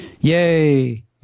Yay